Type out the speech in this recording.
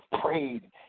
prayed